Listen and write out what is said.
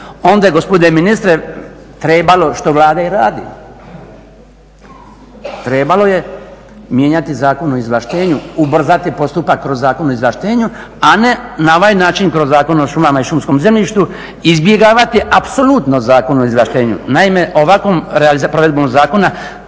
onda je gospodine ministre trebalo, što Vlada i radi, trebalo je mijenjati Zakon o izvlaštenju, ubrzati postupak kroz Zakon o izvlaštenju a ne na ovaj način kroz Zakon o šumama i šumskom zemljištu izbjegavati apsolutno Zakon o izvlaštenju. Naime, ovakvom provedbom zakona